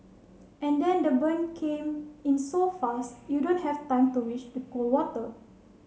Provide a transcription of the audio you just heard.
and then the burn came in so fast you don't have time to reach the cold water